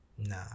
Nah